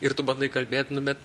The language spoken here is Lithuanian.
ir tu bandai kalbėt nu bet